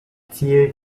ziel